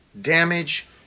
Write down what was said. damage